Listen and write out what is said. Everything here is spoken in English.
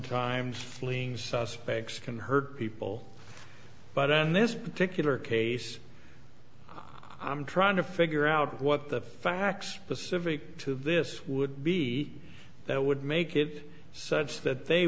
sometimes suspects can hurt people but in this particular case i'm trying to figure out what the facts the civic to this would be that would make it such that they